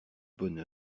bonne